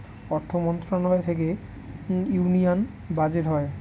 অর্থ মন্ত্রণালয় থেকে ইউনিয়ান বাজেট হয়